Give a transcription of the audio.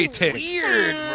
weird